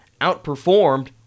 outperformed